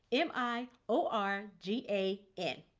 m i o r g a n.